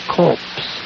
corpse